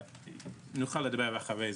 נוכל לדבר אחרי זה.